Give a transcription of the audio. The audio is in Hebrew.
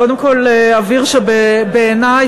קודם כול אבהיר שבעיני,